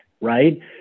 right